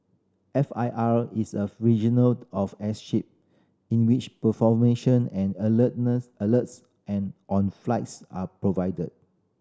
F I R is of regional of airship in which and alert alerts and on flights are provided